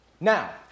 Now